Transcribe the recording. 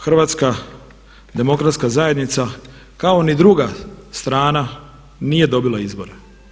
Hrvatska demokratska zajednica kao ni druga strana nije dobila izbore.